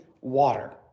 water